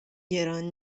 گران